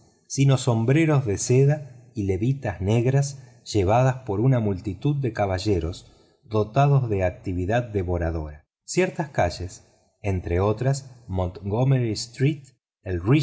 sino sombreros de seda y levitas negras llevadas por una multitud de caballeros dotados de actividad devoradora ciertas calles entre otras montgommery street